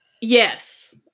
yes